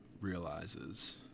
realizes